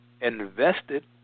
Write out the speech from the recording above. invested